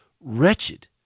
wretched